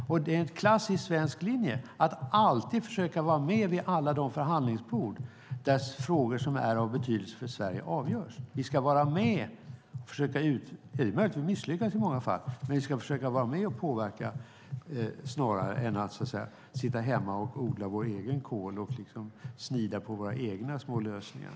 Det är en klassisk svensk linje att alltid försöka vara med vid alla de förhandlingsbord där frågor som är av betydelse för Sverige avgörs. Vi ska försöka vara med och påverka - det är möjligt att vi misslyckas i många fall - snarare än att så att säga sitta hemma och odla vår egen kål och snida på våra egna små lösningar.